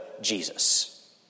Jesus